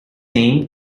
name